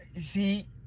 see